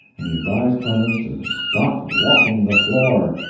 and he advised clemens to stop walking the floor.